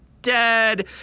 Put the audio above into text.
dead